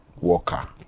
worker